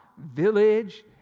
village